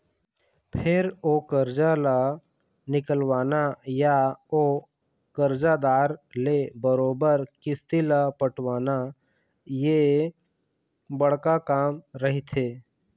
फेर ओ करजा ल निकलवाना या ओ करजादार ले बरोबर किस्ती ल पटवाना ये बड़का काम रहिथे